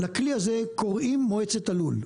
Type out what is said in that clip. לכלי הזה קוראים מועצת הלול,